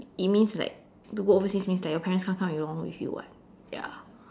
it means like to work overseas means like your parents can't come along with you [what] ya